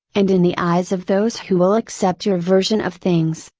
and in the eyes of those who will accept your version of things,